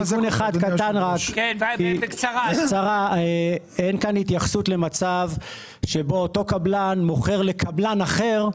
תיקון אחד קטן: אין כאן התייחסות למצב שבו אותו קבלן מוכר לקבלן אחר.